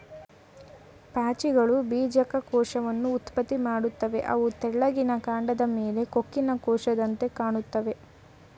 ಪಾಚಿಗಳು ಬೀಜಕ ಕೋಶವನ್ನ ಉತ್ಪತ್ತಿ ಮಾಡ್ತವೆ ಅವು ತೆಳ್ಳಿಗಿನ ಕಾಂಡದ್ ಮೇಲೆ ಕೊಕ್ಕಿನ ಕೋಶದಂತೆ ಕಾಣ್ತಾವೆ